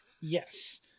Yes